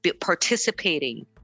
participating